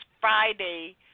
Friday